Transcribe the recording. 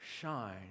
shine